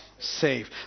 Safe